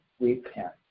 repent